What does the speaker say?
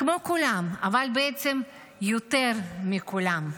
כמו כולם, אבל בעצם יותר מכולם.